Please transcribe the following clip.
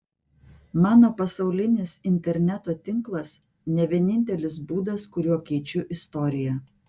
mano pasaulinis interneto tinklas ne vienintelis būdas kuriuo keičiu istoriją